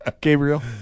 Gabriel